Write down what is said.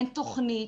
אין תוכנית,